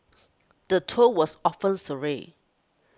the tour was often surreal